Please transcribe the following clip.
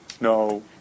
no